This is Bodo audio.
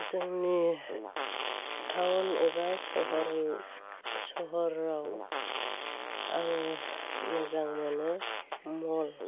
जोंनि टाउन एबा सहराव आङो मोजां मोनो मल